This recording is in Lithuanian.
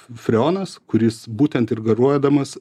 freonas kuris būtent ir garuodamas